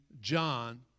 John